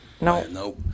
No